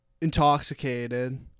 intoxicated